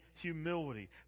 humility